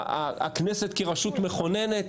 הכנסת כרשות מכוננת,